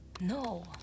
No